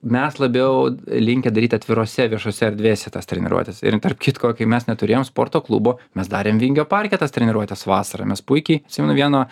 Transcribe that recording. mes labiau linkę daryt atvirose viešose erdvėse tas treniruotes ir tarp kitko kai mes neturėjom sporto klubo mes darėm vingio parke tas treniruotes vasarą mes puikiai atsimenu vieną